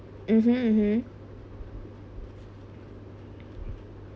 mmhmm mmhmm